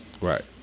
Right